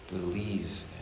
believe